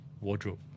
wardrobe